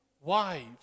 wives